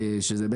שאלה,